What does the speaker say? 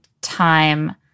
time